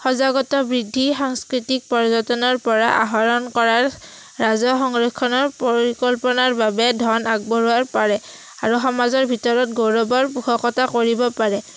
সজাগত বৃদ্ধি সাংস্কৃতিক পৰ্যটনৰ পৰা আহৰণ কৰাৰ ৰাজহ সংৰক্ষণৰ পৰিকল্পনাৰ বাবে ধন আগবঢ়োৱাৰ পাৰে আৰু সমাজৰ ভিতৰত গৌৰৱৰ পোষকতা কৰিব পাৰে